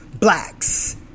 Blacks